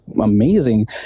amazing